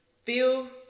feel